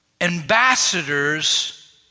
ambassadors